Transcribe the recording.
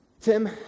Tim